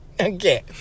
Okay